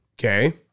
Okay